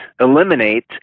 eliminate